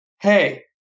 hey